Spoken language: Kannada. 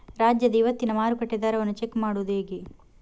ರಾಜ್ಯದ ಇವತ್ತಿನ ಮಾರುಕಟ್ಟೆ ದರವನ್ನ ಚೆಕ್ ಮಾಡುವುದು ಹೇಗೆ?